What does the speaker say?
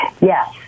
Yes